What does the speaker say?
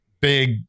big